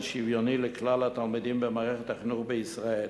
שוויוני לכלל התלמידים במערכת החינוך בישראל.